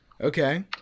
Okay